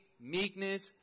meekness